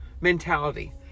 mentality